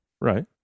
Right